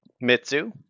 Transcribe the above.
Mitsu